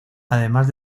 además